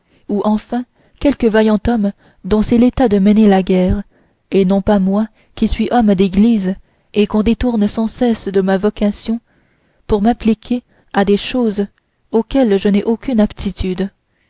ou enfin quelque vaillant homme dont c'est l'état de mener la guerre et non pas moi qui suis homme d'église et qu'on détourne sans cesse de ma vocation pour m'appliquer à des choses auxquelles je n'ai aucune aptitude